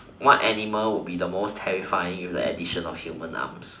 what animal would be the most terrifying with the addition of human arms